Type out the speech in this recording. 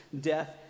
death